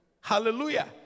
Hallelujah